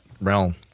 realm